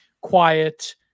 quiet